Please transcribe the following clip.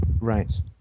Right